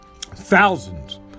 Thousands